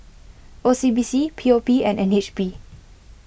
O C B C P O P and N H B